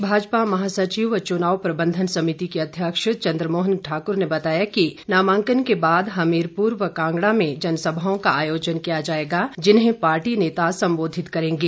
प्रदेश भाजपा महासचिव व चुनाव प्रबंधन समिति के अध्यक्ष चन्द्रमोहन ठाकुर ने बताया कि नामांकन के बाद हमीरपुर व कांगड़ा में जनसभाओं का आयोजन किया जाएगा जिन्हें पार्टी नेता संबोधित करेंगे